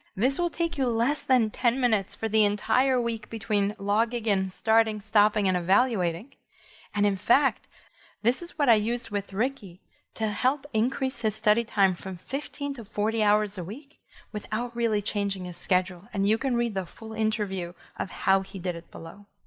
this will take you less than ten minutes for the entire week between log again, starting, stopping and evaluating and in fact this is what i used with ricky to help increase his study time from fifteen to forty hours a week without really changing his schedule. and you can read the full interview of how he did it below.